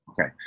Okay